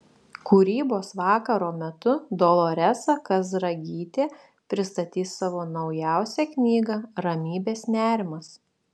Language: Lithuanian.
kūrybos vakaro metu doloresa kazragytė pristatys savo naujausią knygą ramybės nerimas